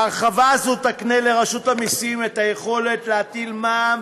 ההרחבה הזאת תקנה לרשות המסים את היכולת להטיל מע"מ